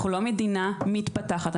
אנחנו לא מדינה מתפתחת,